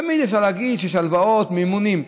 תמיד אפשר להגיד שיש הלוואות, מימונים.